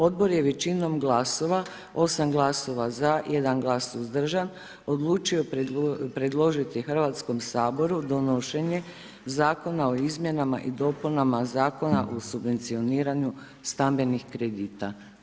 Odbor je većinom glasova, 8 glasova za, 1 glas suzdržan, odlučio predložiti Hrvatskom saboru donošenje zakona o izmjenama i dopunama Zakona o subvencioniranju stambenih kredita.